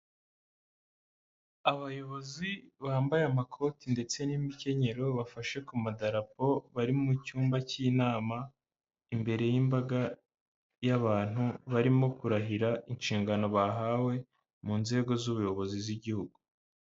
Abayobozi bambaye amakoti ndetse n'imikenyero bafashe ku madarapo bari mu cyumba cy'inama, imbere y'imbaga y'abantu barimo kurahira inshingano bahawe mu nzego z'ubuyobozi z'igihugu.